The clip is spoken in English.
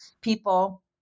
people